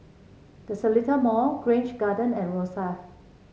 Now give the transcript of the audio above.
The Seletar Mall Grange Garden and Rosyth